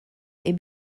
est